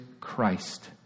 Christ